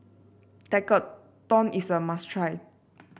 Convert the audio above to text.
tekkadon is a must try